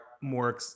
more